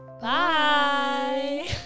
bye